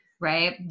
Right